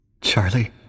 Charlie